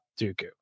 Dooku